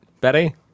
Betty